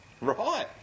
Right